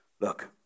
Look